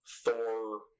Thor